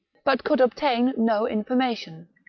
but could obtain no information.